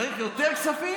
צריך יותר כספים,